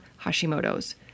Hashimoto's